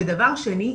ודבר שני,